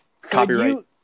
Copyright